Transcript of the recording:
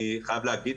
אני חייב להגיד,